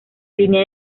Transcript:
línea